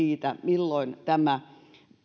riippumatta siitä milloin